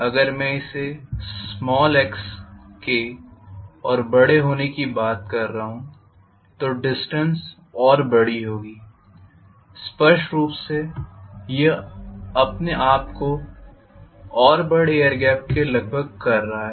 अगर मैं x के और बड़े होने की बात कर रहा हूँ तो डिस्टेन्स और बड़ी होगी बहुत स्पष्ट रूप से यह अपने आप को बड़े और बड़े एयर गेप के लगभग कर रहा है